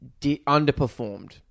underperformed